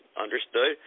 understood